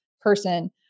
person